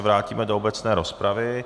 Vrátíme se do obecné rozpravy.